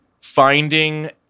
finding